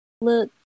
look